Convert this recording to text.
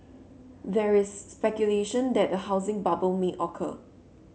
there is speculation that a housing bubble may occur